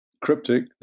cryptic